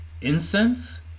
Incense